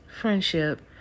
friendship